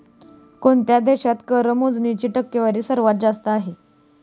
कोणत्या देशात कर मोजणीची टक्केवारी सर्वात जास्त आहे?